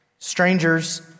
Strangers